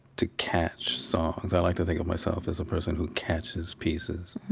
to catch songs. i like to think of myself as a person who catches pieces.